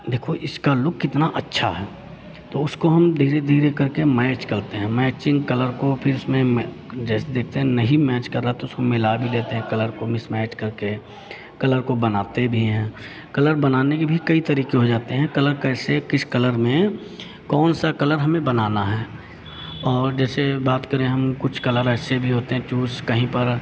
देखो इसका लुक कितना अच्छा है तो उसको हम धीरे धीरे करके मैच करते हैं मैचिंग कलर को फिर उसमें जैसे देखते हैं नहीं मैच कर रहा तो उसको मिला भी देते हैं कलर को मिसमैच करके कलर को बनाते भी हैं कलर बनाने के भी कई तरीके हो जाते हैं कलर कैसे किस कलर में कौन सा कलर हमें बनाना है और जैसे बात करें हम कुछ कलर ऐसे भी होते हैं चूज़ कहीं पर